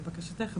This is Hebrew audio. לבקשתך,